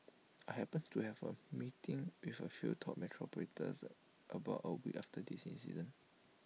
I happened to have A meeting with A few top metro operators about A week after this incident